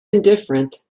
indifferent